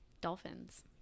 Dolphins